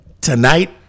tonight